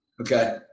Okay